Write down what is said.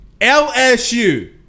LSU